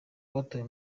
batawe